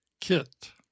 kit